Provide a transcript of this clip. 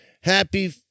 Happy